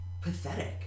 pathetic